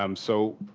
um so,